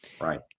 Right